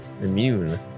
immune